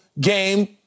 game